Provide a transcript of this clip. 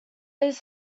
his